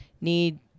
need